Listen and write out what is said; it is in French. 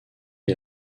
les